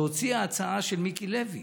להוציא ההצעה של מיקי לוי,